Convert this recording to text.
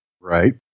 Right